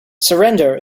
surrender